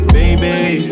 Baby